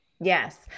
Yes